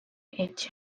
each